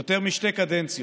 יותר משתי קדנציות.